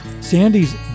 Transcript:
Sandy's